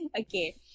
okay